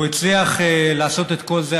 הוא הצליח לעשות את כל זה,